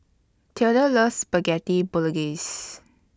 Theda loves Spaghetti Bolognese